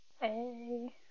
Hey